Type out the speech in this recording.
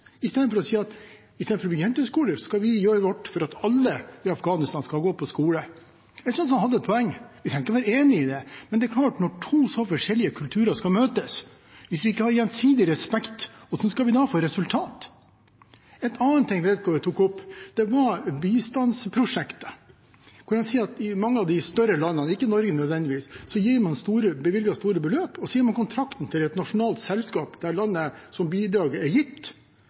Istedenfor å bygge jenteskoler kan vi gjøre vårt for at alle i Afghanistan skal gå på skole. Jeg synes han hadde et poeng, og jeg er enig i det. Men det er klart at når to så forskjellige kulturer møtes og vi ikke har gjensidig respekt, hvordan skal vi da få resultater? En annen ting vedkommende tok opp, var bistandsprosjekter. Han sa at i mange av de større landene, ikke Norge nødvendigvis, bevilger man store beløp og gir kontrakten til et nasjonalt selskap i landet der bidraget ble gitt.